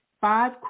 Five